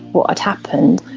what had happened.